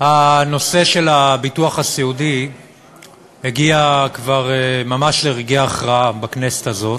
הנושא של הביטוח הסיעודי הגיע כבר ממש לרגעי הכרעה בכנסת הזאת,